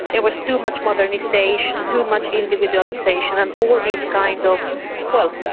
there was too much modernisation, too much individualisation and all these kind of well,